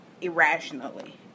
irrationally